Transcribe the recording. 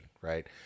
right